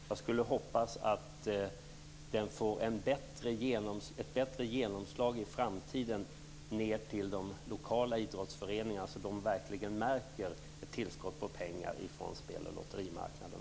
Jag hoppas att detta får ett bättre genomslag i framtiden ned till de lokala idrottsföreningarna så att de verkligen märker ett tillskott av pengar från spel och lotterimarknaden.